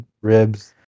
ribs